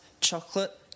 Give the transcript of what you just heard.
chocolate